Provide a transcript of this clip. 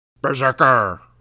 Berserker